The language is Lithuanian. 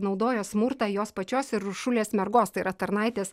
naudojo smurtą jos pačios ir uršulės mergos tai yra tarnaitės